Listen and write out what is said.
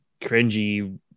cringy